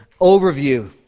overview